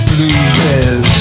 loses